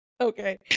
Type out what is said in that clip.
Okay